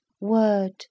word